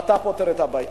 ואתה פותר את הבעיה.